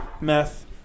meth